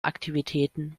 aktivitäten